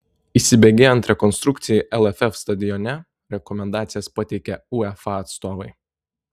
įsibėgėjant rekonstrukcijai lff stadione rekomendacijas pateikė uefa atstovai